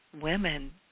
women